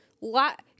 lot